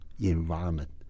environment